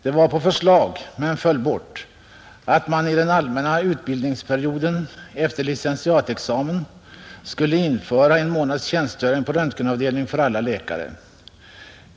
Det var på förslag, men det föll bort, att man i den allmänna utbildningsperioden efter licentiatexamen skulle införa en månads tjänstgöring på röntgenavdelning för alla läkare.